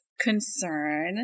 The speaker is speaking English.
concern